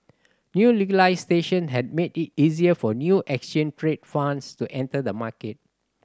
new legislation has made it easier for new exchange traded funds to enter the market